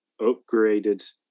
upgraded